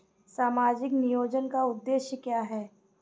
सामाजिक नियोजन का उद्देश्य क्या है?